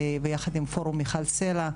יחד עם פורום מיכל סלה,